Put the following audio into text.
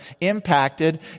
impacted